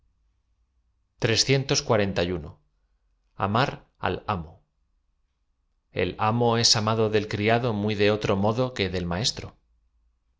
r al amo e l am o es amado del criado muy de otro modo que del maestro